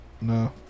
no